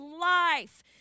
life